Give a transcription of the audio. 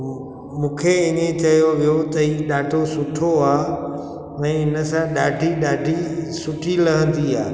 मूंखे हीअं चयो वियो त हीउ ॾाढो सुठो आहे भई हिन सां ॾाढी ॾाढी सुठी लहंदी आहे